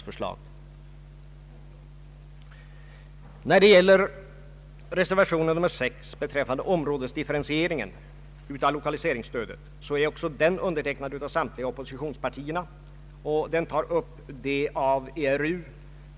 Dessutom skulle detta ge familjedaghemmen en ny ryggrad och en ny arbetsuppgift som accepteras av samhället.